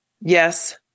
Yes